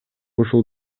ушул